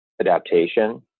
adaptation